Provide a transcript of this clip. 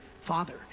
father